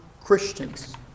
Christians